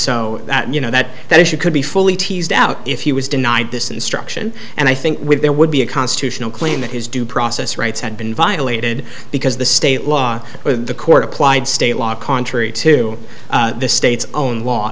so that you know that that issue could be fully teased out if he was denied this instruction and i think there would be a constitutional claim that his due process rights had been violated because the state law the court applied state law contrary to the state's own law